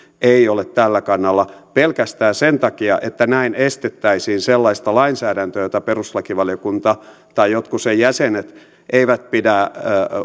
ei ole tällä kannalla pelkästään sen takia että näin estettäisiin sellaista lainsäädäntöä jota perustuslakivaliokunta tai jotkut sen jäsenet eivät pidä